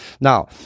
Now